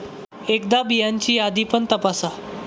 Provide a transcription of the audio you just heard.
एकदा बियांची यादी पण तपासा